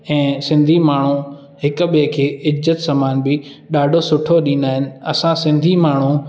ऐं सिंधी माण्हू हिक ॿिए खे इज़त सम्मान बि ॾाढो सुठो ॾींदा आहिनि असां सिंधी माण्हू